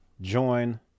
Join